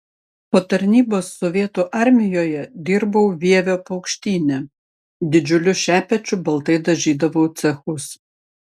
po tarnybos sovietų armijoje dirbau vievio paukštyne didžiuliu šepečiu baltai dažydavau cechus